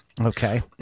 okay